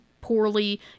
poorly